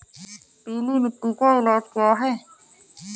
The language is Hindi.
पीली मिट्टी का इलाज क्या है?